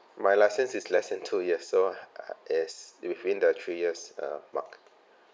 my licence is less than two years so uh yes within the three years uh mark